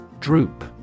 Droop